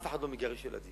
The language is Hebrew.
אף אחד לא מגרש ילדים.